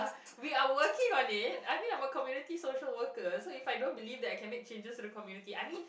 we are working on it I mean I'm a community social worker so if I don't believe that I can make changes to the community I mean